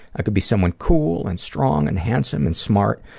i could be someone cool and strong and handsome and smart,